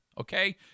okay